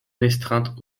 restreinte